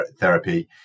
therapy